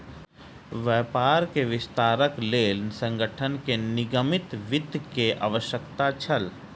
व्यापार के विस्तारक लेल संगठन के निगमित वित्त के आवश्यकता छल